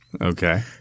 Okay